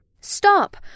Stop